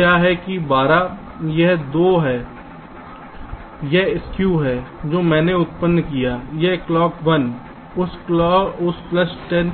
तो क्या है कि 12 यह 2 है यह स्कू है जो मैंने उत्पन्न किया है यह क्लॉक 1 उस प्लस 10